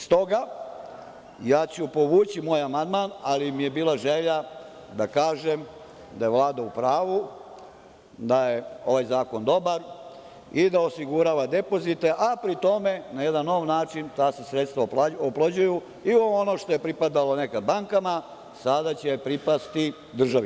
S toga, povući ću moj amandman, ali mi je bila želja da kažem da je Vlada u pravu, da je ovaj zakon dobar, i da osigurava depozite, a pri tome, na jedan nov način, ta se sredstva oplođuju i ono što je pripadalo nekad bankama, sada će pripasti državi.